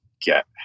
get